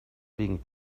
being